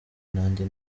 nanjye